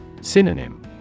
Synonym